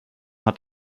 hat